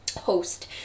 host